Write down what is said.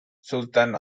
sultan